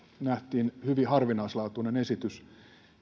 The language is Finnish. nähtiin hyvin harvinaislaatuinen esitys